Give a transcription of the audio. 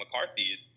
McCarthy